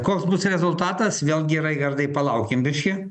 koks bus rezultatas vėlgi raigardai palaukim biškį